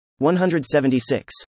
176